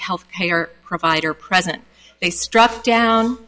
health care provider present they struck down